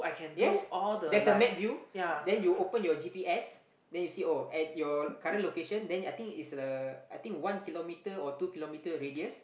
yes there's a map view then you open your g_p_s then you see oh at your current location then I think it's a I think one kilometre or two kilometre radius